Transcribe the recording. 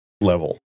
level